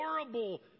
horrible